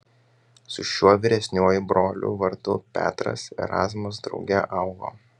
su šiuo vyresniuoju broliu vardu petras erazmas drauge augo